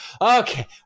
okay